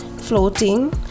floating